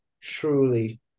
truly